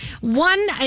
one